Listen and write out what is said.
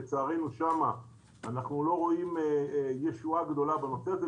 לצערנו, שם אנחנו לא רואים ישועה גדולה בנושא הזה.